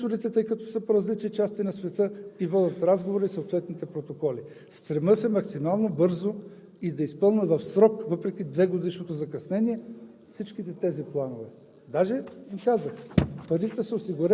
сменил съм ръководството на управляващия орган, постоянно са на мониторите, тъй като са по различни части на света, водят разговори и съответните протоколи. Стремя се максимално бързо и да изпълня в срок, въпреки двегодишното закъснение,